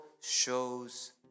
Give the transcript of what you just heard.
shows